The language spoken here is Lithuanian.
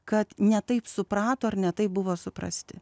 kad ne taip suprato ar ne taip buvo suprasti